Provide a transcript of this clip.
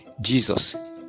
Jesus